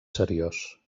seriós